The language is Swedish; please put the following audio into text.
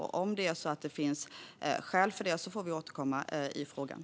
Vi får återkomma i frågan om det finns skäl till det.